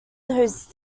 those